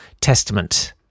Testament